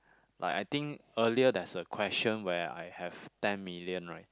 like I think earlier there's a question where I have ten million right